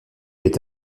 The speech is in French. est